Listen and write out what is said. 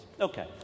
Okay